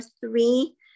three